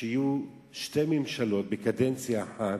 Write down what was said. שיהיו שתי ממשלות בקדנציה אחת,